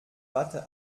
watte